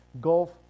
gulf